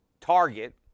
target